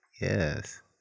Yes